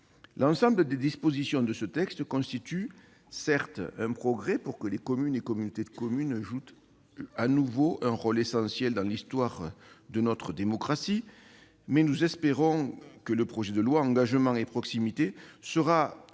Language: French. l'ensemble des dispositions de ce texte constituent un progrès pour que les communes et communautés de communes jouent à nouveau un rôle essentiel dans l'histoire de notre démocratie, mais nous espérons que le projet de loi Engagement et proximité sera utilement